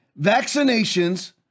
Vaccinations